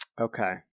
Okay